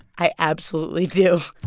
i absolutely do.